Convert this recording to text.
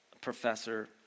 professor